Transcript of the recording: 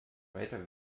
weiter